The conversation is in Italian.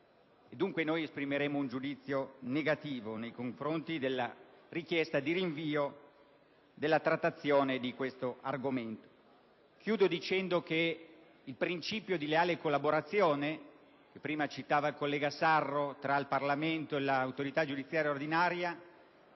Dunque, esprimiamo un giudizio negativo nei confronti della richiesta di rinvio della trattazione di questo argomento. Concludo dicendo che il principio di leale collaborazione, che prima citava il collega Sarro, tra il Parlamento e l'autorità giudiziaria ordinaria,